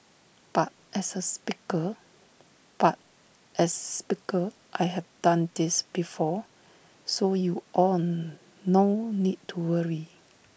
but as A speaker but as Speaker I have done this before so you all no need to worry